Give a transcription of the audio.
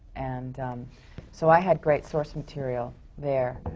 and so, i had great source material there,